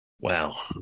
Wow